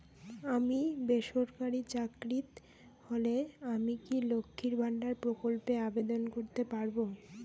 আমি বেসরকারি চাকরিরত হলে আমি কি লক্ষীর ভান্ডার প্রকল্পে আবেদন করতে পারব?